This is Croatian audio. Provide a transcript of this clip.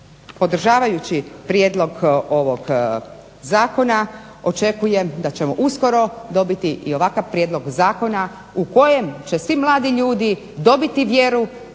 podržavajući prijedlog ovog Zakona očekujem da ćemo uskoro dobiti i ovakav prijedlog zakona u kojem će svi mladi ljudi dobiti vjeru